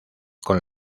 con